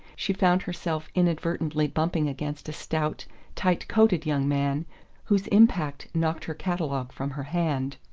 she found herself inadvertently bumping against a stout tight-coated young man whose impact knocked her catalogue from her hand.